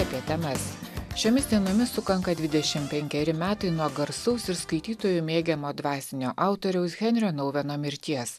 apie temas šiomis dienomis sukanka dvidešimt penkeri metai nuo garsaus ir skaitytojų mėgiamo dvasinio autoriaus henrio noueno mirties